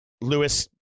Lewis